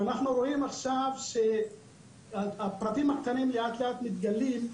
אנחנו רואים עכשיו שהפרטים הקטנים לאט לאט מתגלים,